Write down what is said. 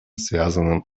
связанным